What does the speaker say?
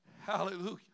Hallelujah